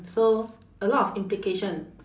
so a lot of implication